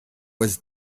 was